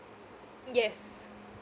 yes